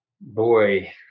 Boy